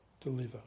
deliver